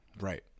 Right